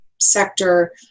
sector